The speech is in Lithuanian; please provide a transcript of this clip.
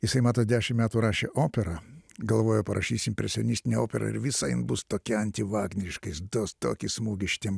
jisai matot dešim metų rašė operą galvojo parašys impresionistinę operą ir visa jam bus tokia anti vagneriška jis duos tokį smūgį šitiem